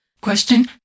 Question